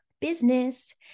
business